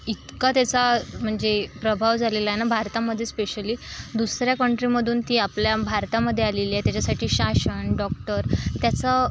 इतका त्याचा म्हणजे प्रभाव झालेला आहे ना भारतामध्ये स्पेशली दुसऱ्या कंट्रीमधून ती आपल्या भारतामध्ये आलेली आहे त्याच्यासाठी शासन डॉक्टर त्याचं